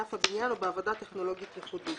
בענף הבניין או בעבודה בטכנולוגיה ייחודית.